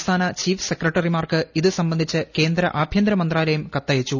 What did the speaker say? സംസ്ഥാന ചീഫ് സെക്രട്ടറിമാർക്ക് ഇത് സംബന്ധിച്ച് കേന്ദ്ര ആഭ്യന്തര മന്ത്രാലയം കത്തയച്ചു